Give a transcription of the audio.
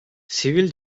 sivil